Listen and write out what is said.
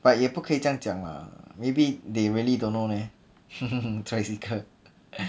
but 也不可以这样讲 lah maybe they really don't know leh tricycle